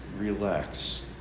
relax